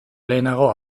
lehenago